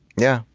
yeah,